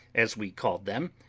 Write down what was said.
as we called them,